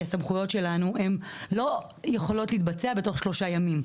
כי הסמכויות שלנו הן לא יכולות להתבצע בתוך שלושה ימים,